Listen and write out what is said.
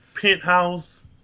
penthouse